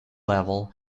level